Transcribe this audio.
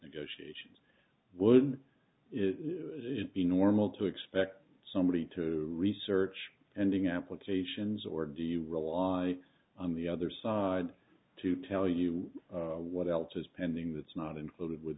negotiations wouldn't it be normal to expect somebody to research ending applications or do you rely on the other side to tell you what else is pending that's not included